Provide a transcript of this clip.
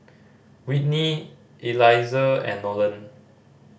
Whitney Eliezer and Nolen